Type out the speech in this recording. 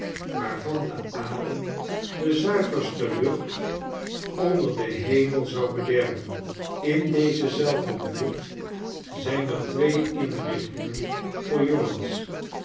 waarvan de adem de zuiverste lucht onder denhemelzoubederven in deze zelfde buurt zijn er twee inrichtingen voor jongens